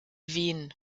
wien